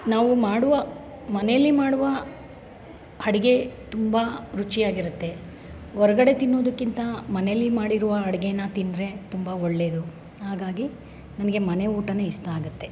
ನಾವು ಮಾಡುವ ಮನೆಯಲ್ಲೇ ಮಾಡುವ ಅಡುಗೆ ತುಂಬ ರುಚಿಯಾಗಿರುತ್ತೆ ಹೊರ್ಗಡೆ ತಿನ್ನುವುದಕ್ಕಿಂತ ಮನೆಯಲ್ಲೇ ಮಾಡಿರುವ ಅಡುಗೆನ ತಿಂದರೆ ತುಂಬ ಒಳ್ಳೇದು ಹಾಗಾಗಿ ನನಗೆ ಮನೆ ಊಟನೇ ಇಷ್ಟ ಆಗುತ್ತೆ